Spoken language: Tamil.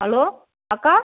ஹலோ அக்கா